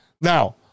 Now